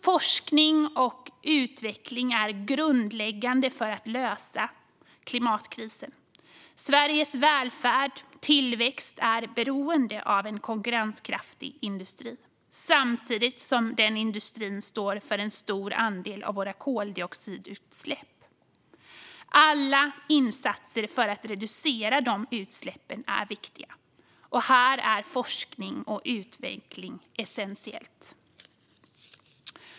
Forskning och utveckling är grundläggande för att lösa klimatkrisen. Sveriges välfärd och tillväxt är beroende av en konkurrenskraftig industri. Samtidigt står industrin för en stor del av våra koldioxidutsläpp. Alla insatser för att reducera de utsläppen är viktiga. Här är forskning och utveckling essentiellt.